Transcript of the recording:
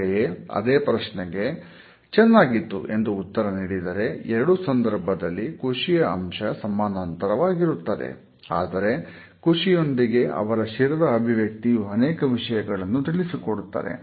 ಹಾಗೆಯೇ ಇದೇ ಪ್ರಶ್ನೆಗೆ ವ್ಯಕ್ತಿಯೊಬ್ಬ " ಚೆನ್ನಾಗಿತ್ತು" ಎಂದು ಉತ್ತರ ನೀಡಿದರೆ ಎರಡು ಸಂದರ್ಭದಲ್ಲಿ ಖುಷಿಯ ಅಂಶ ಸಮಾನಾಂತರ ವಾಗಿರುತ್ತದೆ ಆದರೆ ಖುಷಿಯೊಂದಿಗೆ ಅವರ ಶಿರದ ಅಭಿವ್ಯಕ್ತಿಯು ಅನೇಕ ವಿಷಯಗಳನ್ನು ತಿಳಿಸಿಕೊಡುತ್ತದೆ